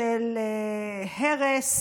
של הרס